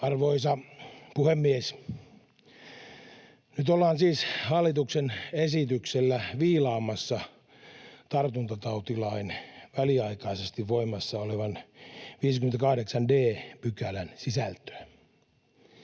Arvoisa puhemies! Nyt ollaan siis hallituksen esityksellä viilaamassa tartuntatautilain väliaikaisesti voimassa olevan 58 d §:n sisältöä.